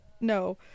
no